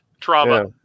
trauma